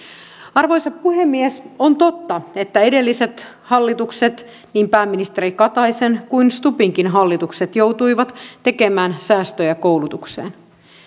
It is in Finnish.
arvoisa puhemies on totta että edelliset hallitukset niin pääministeri kataisen kuin stubbinkin hallitukset joutuivat tekemään säästöjä koulutukseen